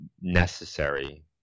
necessary